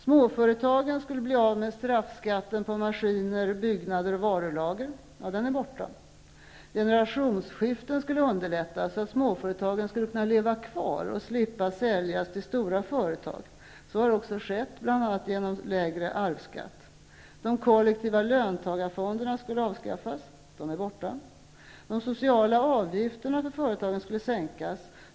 Småföretagen skulle bli av med straffskatten på maskiner, byggnader och varulager -- den är borta. Generationsskiften skulle underlättas, så att småföretagen skulle kunna leva kvar och slippa säljas till stora företag -- så har skett, bl.a. genom sänkt arvsskatt. De kollektiva löntagarfonderna skulle avskaffas -- de är nu borta.